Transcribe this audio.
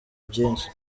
byinshi